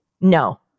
no